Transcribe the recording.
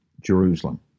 Jerusalem